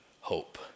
hope